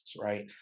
right